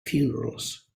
funerals